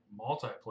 multiplayer